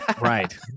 Right